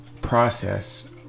process